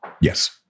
yes